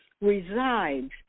resides